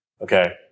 Okay